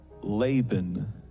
Laban